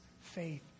faith